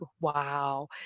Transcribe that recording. wow